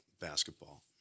basketball